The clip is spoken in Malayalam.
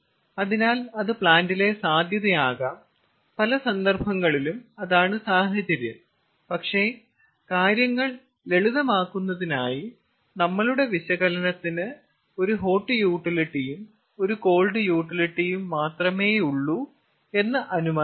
അതിനാൽ അത് പ്ലാന്റിലെ സാധ്യതയാകാം പല സന്ദർഭങ്ങളിലും അതാണ് സാഹചര്യം പക്ഷേ കാര്യങ്ങൾ ലളിതമാക്കുന്നതിനായി നമ്മളുടെ വിശകലനത്തിന് ഒരു ഹോട്ട് യൂട്ടിലിറ്റിയും ഒരു കോൾഡ് യൂട്ടിലിറ്റിയും മാത്രമേയുള്ളൂ എന്ന് അനുമാനിക്കുന്നു